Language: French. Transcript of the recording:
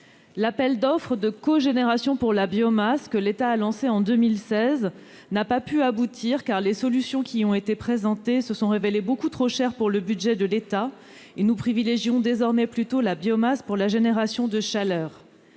L'appel d'offres de cogénération par la biomasse que l'État a lancé en 2016 n'a pu aboutir, car les solutions qui ont été présentées se sont révélées beaucoup trop chères pour le budget de l'État. Nous privilégions désormais plutôt la biomasse pour la génération de chaleur.